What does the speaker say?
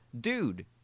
dude